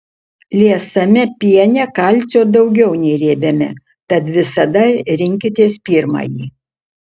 liesame piene kalcio daugiau nei riebiame tad visada rinkitės pirmąjį